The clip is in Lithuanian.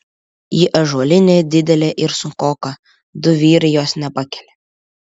ji ąžuolinė didelė ir sunkoka du vyrai jos nepakelia